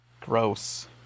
Gross